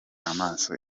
amaso